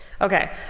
Okay